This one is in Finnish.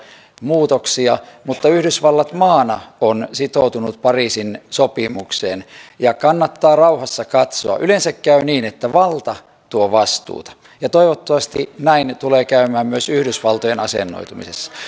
muutoksia mutta yhdysvallat maana on sitoutunut pariisin sopimukseen kannattaa rauhassa katsoa yleensä käy niin että valta tuo vastuuta ja toivottavasti näin tulee käymään myös yhdysvaltojen asennoitumisessa